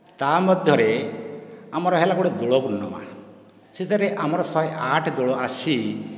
ତା' ମଧ୍ୟରେ ଆମର ହେଲା ଗୋଟିଏ ଦୋଳ ପୁର୍ଣ୍ଣମା ସେଥିରେ ଆମର ଶହେ ଆଠ ଦୋଳ ଆସି